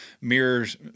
mirrors